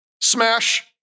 smash